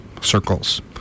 Circles